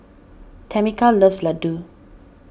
Tamica loves Ladoo